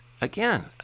Again